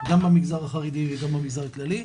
גם במגזר החרדי וגם במגזר הכללי.